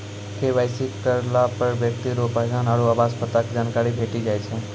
KYC करलापर ब्यक्ति रो पहचान आरु आवास पता के जानकारी भेटी जाय छै